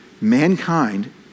mankind